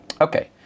Okay